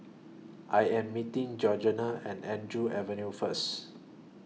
I Am meeting Georgene and Andrew Avenue First